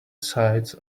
sides